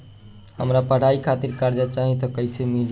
हमरा पढ़ाई खातिर कर्जा चाही त कैसे मिली?